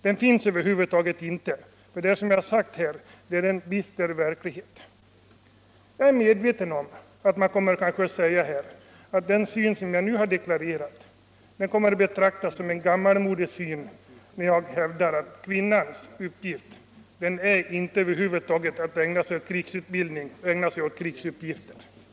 Den finns över huvud taget inte. Det är, som jag tidigare sade, en bister verklighet det gäller. Jag är medveten om att man kanske kommer att säga att den syn jag har deklarerat när jag hävdar att kvinnornas uppgift över huvud taget inte är att ägna sig åt krigsutbildning eller krigsuppgifter är gammalmodig.